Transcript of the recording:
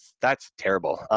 that's terrible.